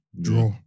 draw